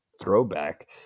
throwback